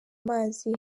amazi